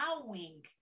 allowing